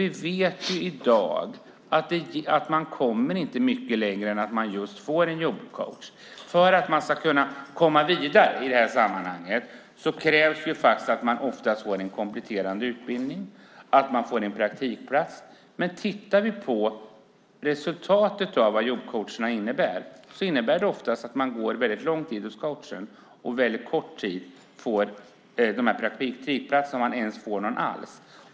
Vi vet i dag att de inte kommer så mycket längre än att de just får en jobbcoach. För att komma vidare i det här sammanhanget krävs det oftast att de får en kompletterande utbildning och en praktikplats. Men tittar vi på vad resultatet av vad jobbcoacherna innebär är det att de går väldigt lång tid hos coachen och under väldigt kort tid får praktikplats om de ens får någon alls.